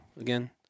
again